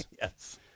Yes